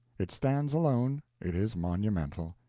it stands alone it is monumental.